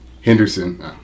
henderson